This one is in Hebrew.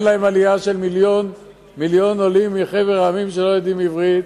אין להם עלייה של מיליון עולים מחבר המדינות שלא יודעים עברית.